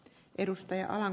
arvoisa puhemies